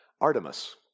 Artemis